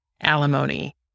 alimony